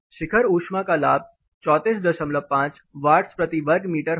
शिखर ऊष्मा का लाभ 345 वाट्स प्रति वर्ग मीटर होगा